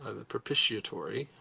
the propitiatorie,